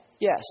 Yes